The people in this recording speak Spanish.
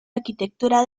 arquitectura